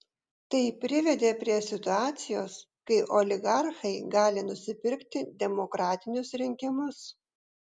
tai privedė prie situacijos kai oligarchai gali nusipirkti demokratinius rinkimus